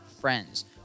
Friends